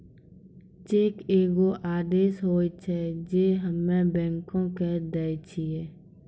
cheque एगो आदेश होय छै जे हम्मे बैंको के दै छिये